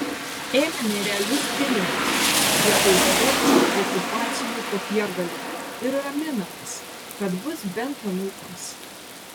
ėmėme realius pinigus vietoj beverčių okupacinių popiergalių ir raminomės kad bus bent anūkams